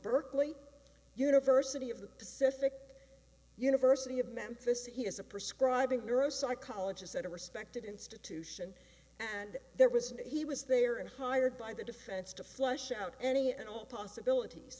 berkeley university of the pacific university of memphis he is a prescribe neuropsychologist at a respected institution and there was and he was there and hired by the defense to flush out any and all possibilities